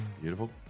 beautiful